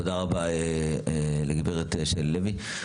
תודה רבה לגברת שלי לוי.